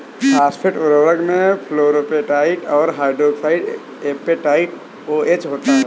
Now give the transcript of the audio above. phosphate उर्वरक में fluorapatite और हाइड्रोक्सी एपेटाइट ओएच होता है